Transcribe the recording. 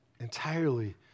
entirely